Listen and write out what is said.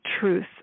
truth